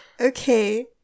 okay